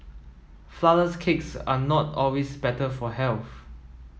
flourless cakes are not always better for health